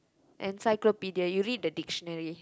encyclopedia you read the dictionary